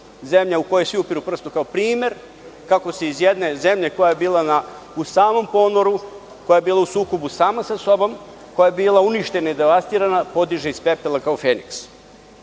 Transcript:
zemlja u koju svi upiru prst kao primer kako se iz jedne zemlje koja je bila u samom ponoru, koja je bila u sukobu sama sa sobom, koja je bila uništena i devastirana, podiže iz pepela kao Feniks.U